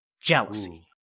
Jealousy